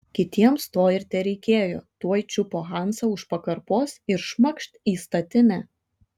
kitiems to ir tereikėjo tuoj čiupo hansą už pakarpos ir šmakšt į statinę